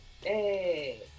Hey